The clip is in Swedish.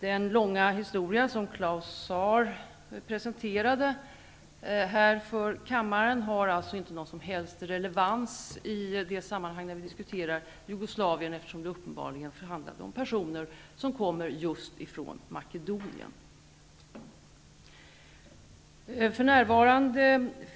Den långa historia som Claus Zaar presenterade för kammaren har alltså inte någon som helst relevans i de sammanhang vi diskuterar Jugoslavien, eftersom den uppenbarligen handlade om personer som kommer just från Makedonien.